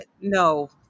no